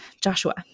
Joshua